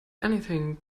anything